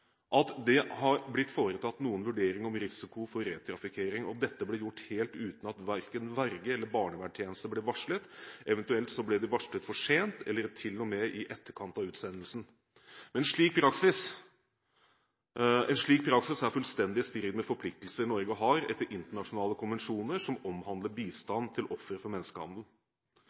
at det har blitt foretatt noen vurdering av risiko for re-trafikkering, og dette blir gjort helt uten at verken verge eller barnevernstjeneste blir varslet – eventuelt ble det varslet for sent eller til og med i etterkant av utsendelsen. En slik praksis er fullstendig i strid med forpliktelser Norge har etter internasjonale konvensjoner som omhandler bistand til ofre for menneskehandel.